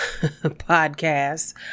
podcast